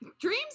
dreams